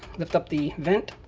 lift up the vent.